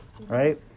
Right